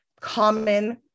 common